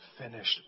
finished